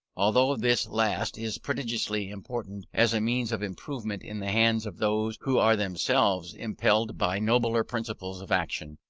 although this last is prodigiously important as a means of improvement in the hands of those who are themselves impelled by nobler principles of action,